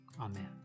Amen